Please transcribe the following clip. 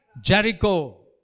Jericho